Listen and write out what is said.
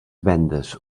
vendes